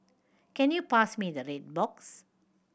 can you pass me the red box